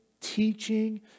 teaching